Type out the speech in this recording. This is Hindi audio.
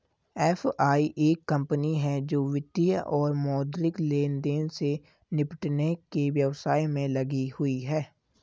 एफ.आई एक कंपनी है जो वित्तीय और मौद्रिक लेनदेन से निपटने के व्यवसाय में लगी हुई है